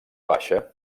baixa